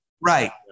Right